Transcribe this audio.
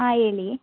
ಹಾಂ ಹೇಳಿ